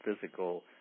physical